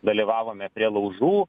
dalyvavome prie laužų